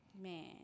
man